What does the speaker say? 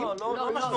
לא, זה לא משמעותי.